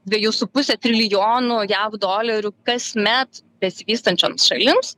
dviejų su puse trilijonų jav dolerių kasmet besivystančioms šalims